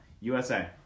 USA